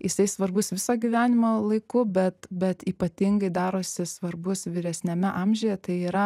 jisai svarbus viso gyvenimo laiku bet bet ypatingai darosi svarbus vyresniame amžiuje tai yra